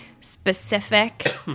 specific